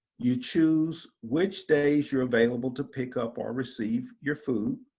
you choose which days you're available to pick up or receive your food.